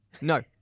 No